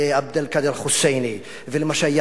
לעבד אל-קאדר אל-חוסייני ולמה שהיה